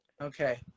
okay